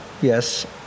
yes